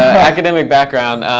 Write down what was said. academic background?